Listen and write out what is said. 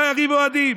לא היה ריב אוהדים.